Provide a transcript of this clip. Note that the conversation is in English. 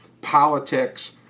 politics